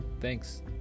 thanks